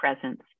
presence